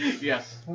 Yes